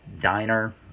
diner